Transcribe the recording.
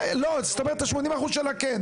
לא, זאת אומרת את ה-80% של הכן.